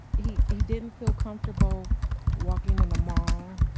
he, he didn't feel comfortable walking in the mall.